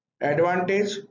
Advantage